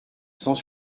cent